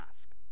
ask